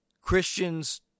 Christians